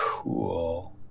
Cool